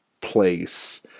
place